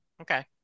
okay